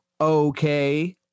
Okay